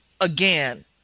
again